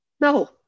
No